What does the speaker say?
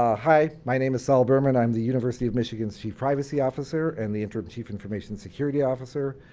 ah hi, my name is sol bermann, i'm the university of michigan chief privacy officer and the interim chief information security officer.